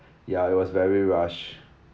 ya it was very rush